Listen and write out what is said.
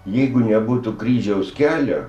jeigu nebūtų kryžiaus kelio